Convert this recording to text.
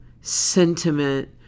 sentiment